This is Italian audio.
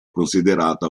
considerata